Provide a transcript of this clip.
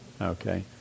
Okay